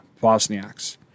Bosniaks